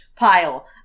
pile